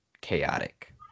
chaotic